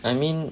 I mean